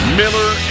Miller &